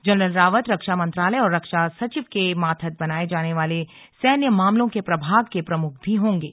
general Rawat रक्षा मंत्रालय और रक्षा सचिव के मातहत बनाये जाने वाले सैन्य मामलों के प्रभाग के प्रमुख भी होंगे